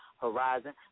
horizon